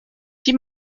die